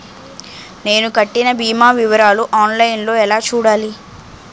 నేను కట్టిన భీమా వివరాలు ఆన్ లైన్ లో ఎలా చూడాలి?